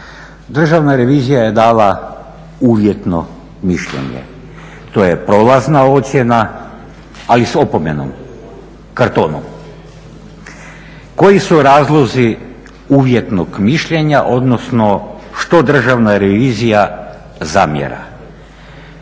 državna revizija je dala uvjetno mišljenje, to je prolazna ocjena, ali s opomenom, kartonom. Koji su razlozi uvjetnog mišljenja odnosno što Državna revizija zamjera?